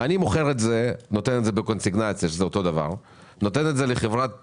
אני נותן את זה בקונסיגנציה לחברת ייצוא,